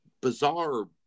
bizarre